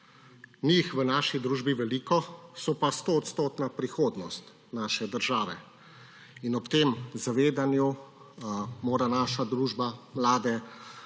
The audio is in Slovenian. jih v naši družbi veliko, so pa stoodstotna prihodnost naše države. Ob tem zavedanju mora naša družba mlade